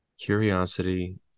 Curiosity